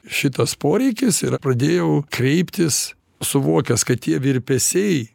šitas poreikis ir pradėjau kreiptis suvokęs kad tie virpesiai